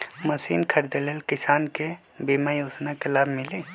Machine खरीदे ले किसान के बीमा योजना के लाभ मिली?